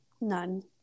None